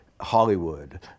Hollywood